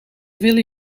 willen